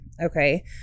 okay